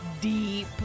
deep